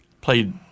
played